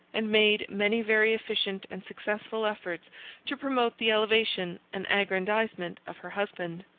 and made many very efficient and successful efforts to promote the elevation and aggrandizement of her husband.